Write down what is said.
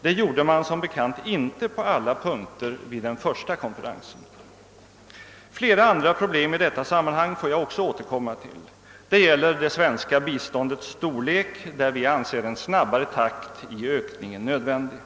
Det gjorde man som bekant inte på alla punkter vid den första konferensen. Flera andra problem i detta sammanhang får jag också återkomma till. Det gäller det svenska biståndets storlek, där vi anser en snabbare ökningstakt nödvändig.